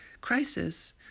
crisis